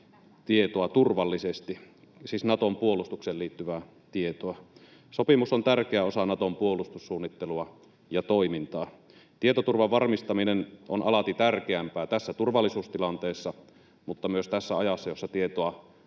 hävittää erilaista Naton puolustukseen liittyvää tietoa turvallisesti. Sopimus on tärkeä osa Naton puolustussuunnittelua ja toimintaa. Tietoturvan varmistaminen on alati tärkeämpää tässä turvallisuustilanteessa mutta myös tässä ajassa, jossa tietoa